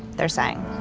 they're saying